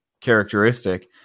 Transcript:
characteristic